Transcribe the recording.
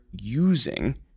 using